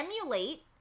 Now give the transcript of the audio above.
emulate